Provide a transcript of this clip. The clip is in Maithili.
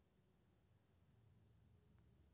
जंगल कटबाक कारणेँ जलबायु बदलब, बलुआही जमीन, आ बाढ़ि आबय छै